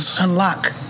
unlock